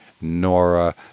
Nora